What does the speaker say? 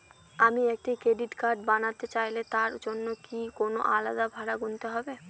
আমি একটি credit card বানাতে চাইলে তার জন্য কি কোনো আলাদা ভাড়া গুনতে হবে?